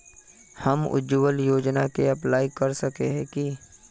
हम उज्वल योजना के अप्लाई कर सके है की?